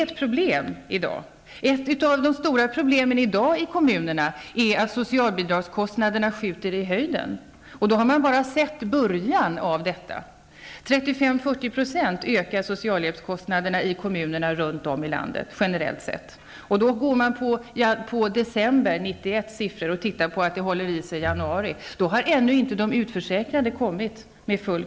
Ett av dagens stora problem för kommunerna är att socialbidragskostnaderna skjuter i höjden. Ändå har man ännu så länge bara sett början. Generellt sett ökar socialhjälpskostnadena med 35--40 % i kommunerna runt om i landet. Det visar siffrorna från december 1991, som är ungefär desamma för januari. Då har ändå inte de utförsäkrade tillkommit.